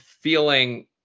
feeling